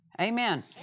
Amen